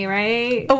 right